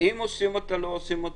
האם עושים אותה או לא עושים,